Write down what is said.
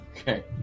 Okay